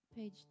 page